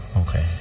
okay